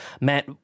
Matt